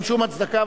אין שום הצדקה,